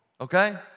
okay